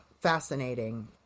fascinating